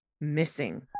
Missing